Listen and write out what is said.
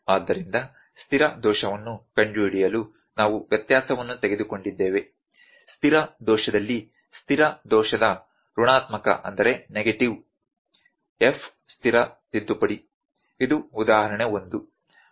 ಆದ್ದರಿಂದ ಸ್ಥಿರ ದೋಷವನ್ನು ಕಂಡುಹಿಡಿಯಲು ನಾವು ವ್ಯತ್ಯಾಸವನ್ನು ತೆಗೆದುಕೊಂಡಿದ್ದೇವೆ ಸ್ಥಿರ ದೋಷದಲ್ಲಿ ಸ್ಥಿರ ದೋಷದ ಋಣಾತ್ಮಕ f ಸ್ಥಿರ ತಿದ್ದುಪಡಿ ಇದು ಉದಾಹರಣೆ 1